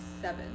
seven